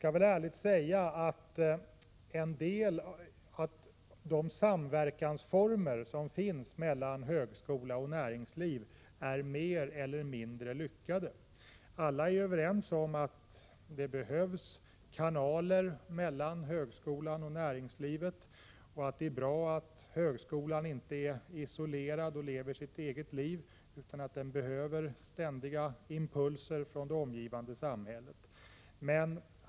Jag skall ärligt säga att de samverkansformer som finns mellan högskola och näringsliv är mer eller mindre lyckade. Alla är överens om att det behövs kanaler mellan högskolan och näringslivet och att det är bra att högskolan inte är isolerad och lever sitt eget liv. Den behöver ständiga impulser från det omgivande samhället.